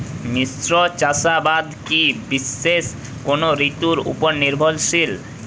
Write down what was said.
মিশ্র চাষাবাদ কি বিশেষ কোনো ঋতুর ওপর নির্ভরশীল?